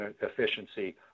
efficiency